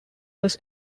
was